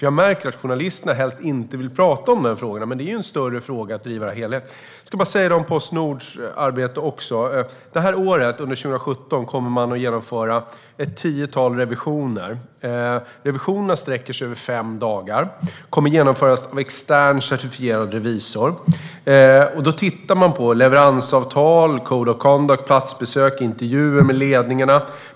Jag märker att journalisterna helt inte vill prata om det, men det är ju en större fråga. När det gäller Postnord kommer man under det här året, 2017, att genomföra ett tiotal revisioner. Revisionerna sträcker sig över fem dagar och kommer att genomföras av extern certifierad revisor. Då ska kan man titta på leveransavtal, code of conduct, platsbesök, intervjuer med ledningarna.